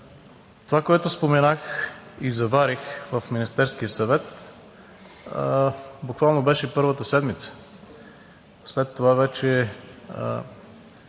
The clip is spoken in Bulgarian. Това, което споменах и заварих в Министерския съвет, буквално беше в първата седмица. След това вече